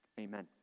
Amen